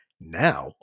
Now